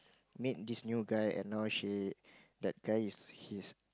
meet this new guy and now she that guy is his